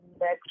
next